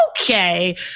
okay